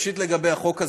ראשית, לגבי החוק הזה,